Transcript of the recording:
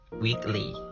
weekly